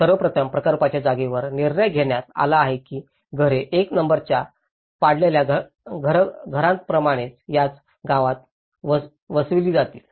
सर्वप्रथम प्रकल्पाच्या जागेवर निर्णय घेण्यात आला की ही घरे 1 नंबरच्या पाडलेल्या घरांप्रमाणेच त्याच गावात वसविली जातील